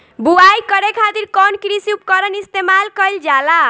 बुआई करे खातिर कउन कृषी उपकरण इस्तेमाल कईल जाला?